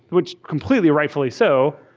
which completely rightfully so,